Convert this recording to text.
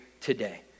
today